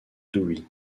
dewey